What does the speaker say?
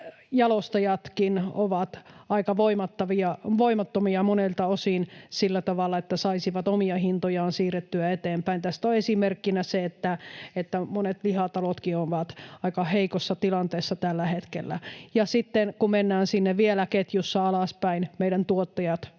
jalostajatkin ovat aika voimattomia monelta osin sillä tavalla, että saisivat omia hintojaan siirrettyä eteenpäin. Tästä on esimerkkinä se, että monet lihatalotkin ovat aika heikossa tilanteessa tällä hetkellä. Sitten kun mennään vielä ketjussa alaspäin, meidän tuottajat ovat